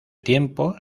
tiempo